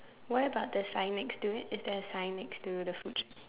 what about the sign next to it is there a sign next to the food shack